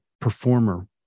performer